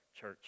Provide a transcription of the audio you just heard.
church